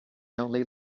only